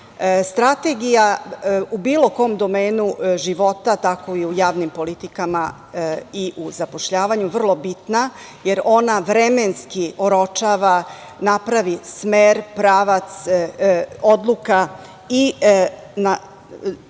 plan. Strategija je u bilo kom domenu života, tako i u javnim politikama i u zapošljavanju, vrlo bitna, jer ona vremenski oročava, napravi smer, pravac odluka i na